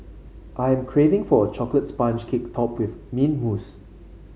I am craving for a chocolate sponge cake topped with mint mousse